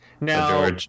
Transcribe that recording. Now